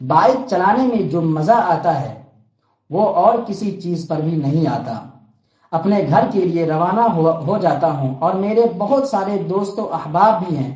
bike چلانے میں جو مزہ آتا ہے وہ اور کسی چیز پر بھی نہیں آتا اپنے گھر کے لیے روانہ ہو ہو جاتا ہوں اور میرے بہت سارے دوست و احباب بھی ہیں